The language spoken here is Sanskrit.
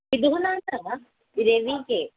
पितुः नामान्तरं वा रविः के